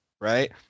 right